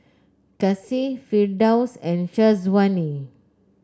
Kasih Firdaus and Syazwani